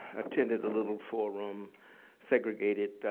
attended a little four-room segregated